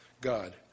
God